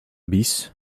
bis